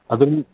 ಅದನ್ನು